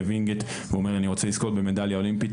וינגייט והוא אומר אני רוצה לזכות במדליה אולימפית,